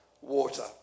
water